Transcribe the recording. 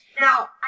Now